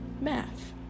Math